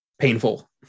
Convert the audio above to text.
painful